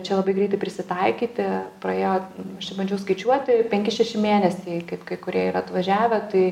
čia labai greitai prisitaikyti praėjo aš čia bandžiau skaičiuoti penki šeši mėnesiai kaip kai kurie yra atvažiavę tai